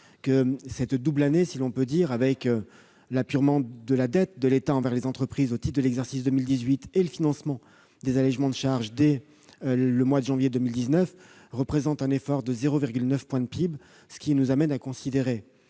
Cette « double année », si l'on peut dire, car elle verra l'apurement de la dette de l'État envers les entreprises au titre de l'exercice 2018 et le financement des allégements de charges dès le mois de janvier 2019, représente un effort de 0,9 point de PIB. Cela nous amène à considérer